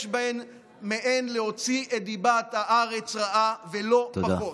יש בהן מעין להוציא את דיבת הארץ רעה, לא פחות.